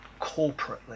corporately